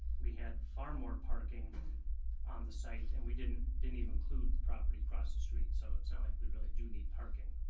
we had far more parking on the site, and we didn't, didn't even include the property across the street. so it's not like we really do need parking.